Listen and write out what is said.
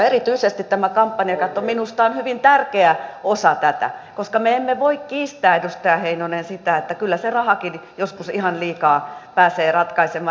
erityisesti tämä kampanjakatto minusta on hyvin tärkeä osa tätä koska me emme voi kiistää edustaja heinonen sitä että kyllä se rahakin joskus ihan liikaa pääsee ratkaisemaan